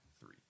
Three